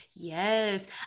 Yes